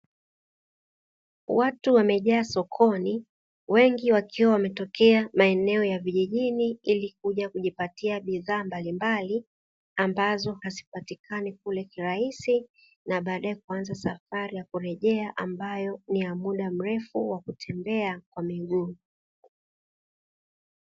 Watu wengi wamejaa sokoni, wengi wakiwa wanatokea maeneo ya vijijini ili kujakujipatia bidhaa mbalimbali ambazo hazipatikani kule kirahisi, na baadae kuanza safari ya kurejea ambayo ni ya muda mrefu wakutembea kwa miguu.